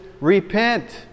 repent